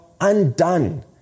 undone